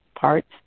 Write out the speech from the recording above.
parts